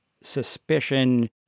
suspicion